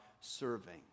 serving